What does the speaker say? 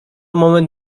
moment